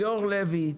ליאור לוי,